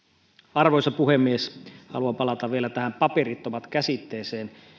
arvoisa puhemies haluan palata vielä tähän paperittomat käsitteeseen